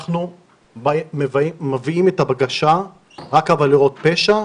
אנחנו מביאים את הבקשה רק על עבירות פשע,